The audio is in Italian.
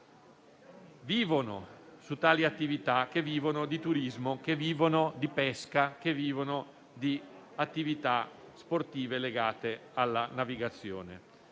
che vivono di tale attività, che vivono di turismo, che vivono di pesca, che vivono di attività sportive legate alla navigazione.